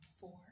Four